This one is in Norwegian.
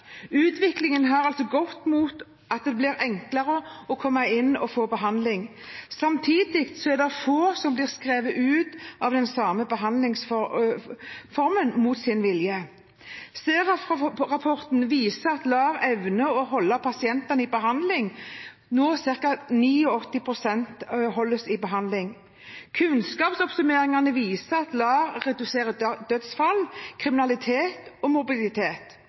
Utviklingen har gått mot at det blir enklere å komme inn og få behandling. Samtidig er det få som blir skrevet ut av den samme behandlingsformen mot sin vilje. Den siste SERAF-rapporten viser at LAR evner å holde pasientene i behandling – ca. 98 pst. holdes nå i behandling. Kunnskapsoppsummeringene viser at LAR reduserer dødsfall, kriminalitet og